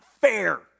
fair